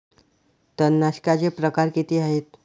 तणनाशकाचे प्रकार किती आहेत?